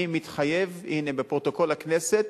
אני מתחייב, הנה, בפרוטוקול הכנסת,